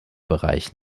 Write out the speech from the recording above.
bereich